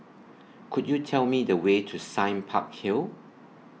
Could YOU Tell Me The Way to Sime Park Hill